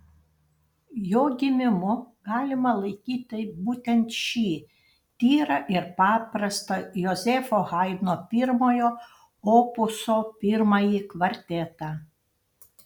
jo gimimu galima laikyti būtent šį tyrą ir paprastą jozefo haidno pirmojo opuso pirmąjį kvartetą